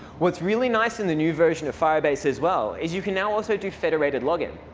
what's really nice in the new version of firebase as well is you can now also do federated login.